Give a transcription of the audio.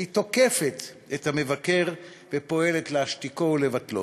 היא תוקפת את המבקר ופועלת להשתיקו ולבטלו.